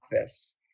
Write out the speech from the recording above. office